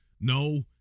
no